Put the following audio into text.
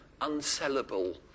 unsellable